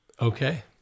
Okay